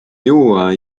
juua